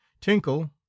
TINKLE